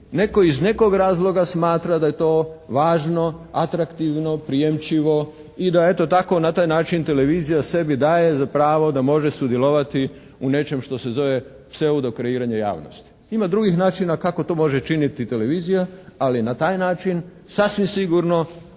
netko iz nekog razloga smatra da je to važno, atraktivno, prijemčivo i da eto tako na taj način televizija sebi daje za pravo da može sudjelovati u nečem što se zove pseudo kreiranje javnosti. Ima drugih načina kako to može činiti televizija, ali na taj način sasvim sigurno